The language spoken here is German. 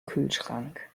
kühlschrank